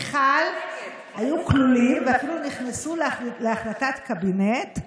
מיכל, היו כלולים, ואפילו נכנסו להחלטת קבינט,